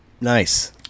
Nice